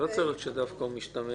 אם הוא משתמש